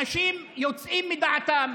אנשים יוצאים מדעתם,